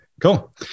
cool